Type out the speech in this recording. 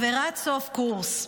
אווירת סוף קורס.